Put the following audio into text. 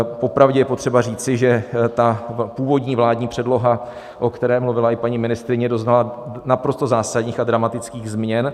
Popravdě je potřeba říci, že ta původní vládní předloha, o které mluvila i paní ministryně, doznala naprosto zásadních a dramatických změn.